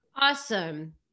Awesome